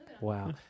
Wow